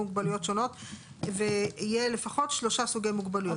מוגבלויות שונות ויהיה לפחות שלושה סוגי מוגבלויות.